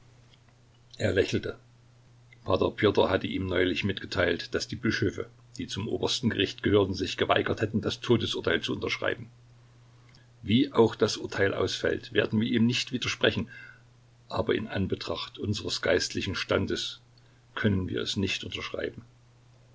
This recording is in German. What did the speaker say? er lächelte p pjotr hatte ihm neulich mitgeteilt daß die bischöfe die zum obersten gericht gehörten sich geweigert hätten das todesurteil zu unterschreiben wie auch das urteil ausfällt werden wir ihm nicht widersprechen aber in anbetracht unseres geistlichen standes können wir es nicht unterschreiben